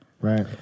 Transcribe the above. Right